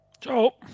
Ciao